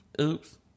Oops